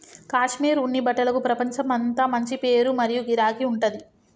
కాశ్మీర్ ఉన్ని బట్టలకు ప్రపంచమంతా మంచి పేరు మరియు గిరాకీ ఉంటది